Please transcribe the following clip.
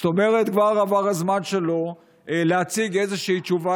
זאת אומרת, כבר עבר הזמן שלו להציג איזושהי תשובה